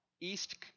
east